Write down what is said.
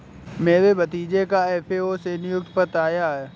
मेरे भतीजे का एफ.ए.ओ से नियुक्ति पत्र आया है